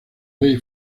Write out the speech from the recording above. rey